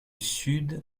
sud